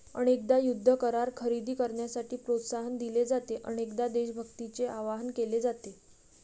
अनेकदा युद्ध करार खरेदी करण्यासाठी प्रोत्साहन दिले जाते, अनेकदा देशभक्तीचे आवाहन केले जाते